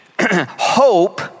hope